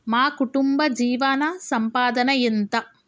మా కుటుంబ జీవన సంపాదన ఎంత?